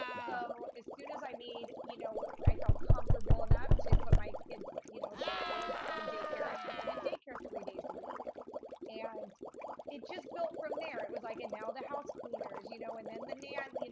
so as soon as i need, you know, i felt comfortable enough to put my kids, you know, to afford some daycare. i put them in daycare three days a week and it just built from there. it was like, and now the house cleaners, you know, and then the nanny,